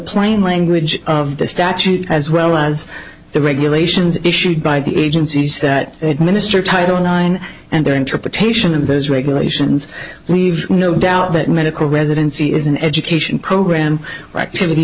plain language of the statute as well as the regulations issued by the agencies that administer title nine and their interpretation of those regulations leave no doubt that medical residency is an education program